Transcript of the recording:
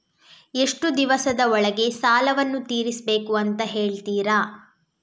ಎಷ್ಟು ದಿವಸದ ಒಳಗೆ ಸಾಲವನ್ನು ತೀರಿಸ್ಬೇಕು ಅಂತ ಹೇಳ್ತಿರಾ?